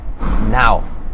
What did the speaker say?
Now